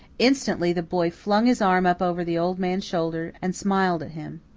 instantly the boy flung his arm up over the old man's shoulder and smiled at him.